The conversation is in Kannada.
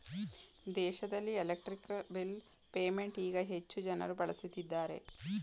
ದೇಶದಲ್ಲಿ ಎಲೆಕ್ಟ್ರಿಕ್ ಬಿಲ್ ಪೇಮೆಂಟ್ ಈಗ ಹೆಚ್ಚು ಜನರು ಬಳಸುತ್ತಿದ್ದಾರೆ